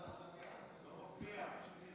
התוצאה: